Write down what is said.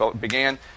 began